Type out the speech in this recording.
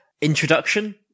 introduction